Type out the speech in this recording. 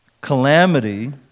calamity